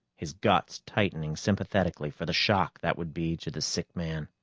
his guts tightening sympathetically for the shock that would be to the sick man.